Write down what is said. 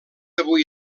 avui